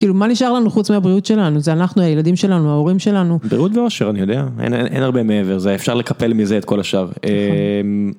כאילו מה נשאר לנו חוץ מהבריאות שלנו, זה אנחנו הילדים שלנו, ההורים שלנו. בריאות ואושר אני יודע, אין הרבה מעבר לזה, אפשר לקפל מזה את כל השאר.